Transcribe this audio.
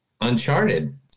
Uncharted